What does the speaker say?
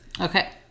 Okay